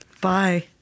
Bye